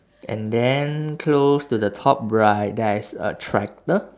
and then close to the top right there is a tractor